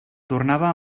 tornava